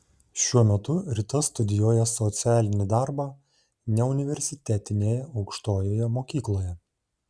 šiuo metu rita studijuoja socialinį darbą neuniversitetinėje aukštojoje mokykloje